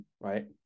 right